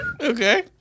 Okay